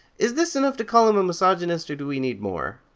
is this enough to call him a misogynist, or do we need more?